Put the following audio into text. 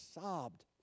sobbed